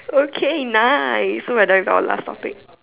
okay nice so we're done with our last topic